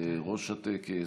לראש הטקס,